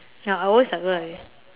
ya I always like that